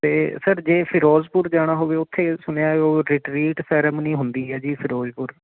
ਅਤੇ ਸਰ ਜੇ ਫਿਰੋਜ਼ਪੁਰ ਜਾਣਾ ਹੋਵੇ ਉੱਥੇ ਸੁਣਿਆ ਉਹ ਰਟ੍ਰੀਟ ਸੈਰੇਮਨੀ ਹੁੰਦੀ ਆ ਜੀ ਫਿਰੋਜ਼ਪੁਰ